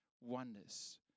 oneness